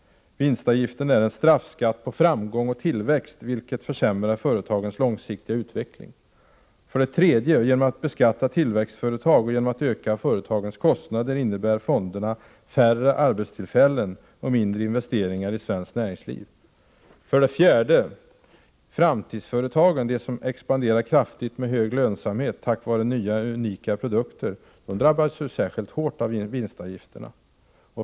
Vinstavgiften är en straffskatt på framgång och tillväxt, vilket försämrar företagens långsiktiga utveckling. För det tredje: Genom att tillväxtföretag beskattas och företagens kostnader ökar innebär fonderna färre arbetstillfällen och mindre investeringar i svenskt näringsliv. För det fjärde: Framtidsföretagen — de företag som med hög lönsamhet expanderar kraftigt tack vare nya, unika produkter — drabbas särskilt hårt av vinstavgifterna.